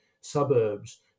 suburbs